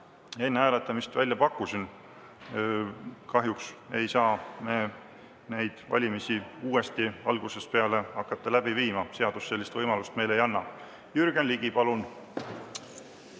enne hääletamist välja pakkusin. Kahjuks ei saa me neid valimisi uuesti algusest peale hakata läbi viima, seadus sellist võimalust meile ei anna. Jürgen Ligi, palun!